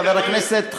חברי הכנסת,